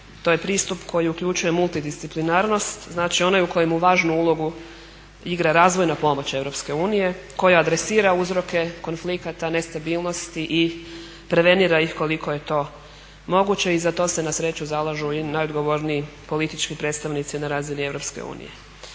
to je pristup koji uključuje multidisciplinarnost znači onaj u kojemu važnu ulogu igra razvojna pomoć EU koja adresira uzroke konflikata, ne stabilnosti i prevenira ih koliko je to moguće. I za to se na sreću zalažu i najodgovorniji politički predstavnici na razini EU.